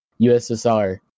USSR